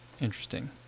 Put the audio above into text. interesting